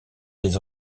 des